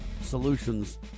solutions